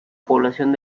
población